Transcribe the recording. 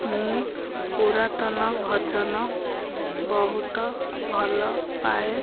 ମୁଁ ପୁରାତନ ଭଜନ ବହୁତ ଭଲପାଏ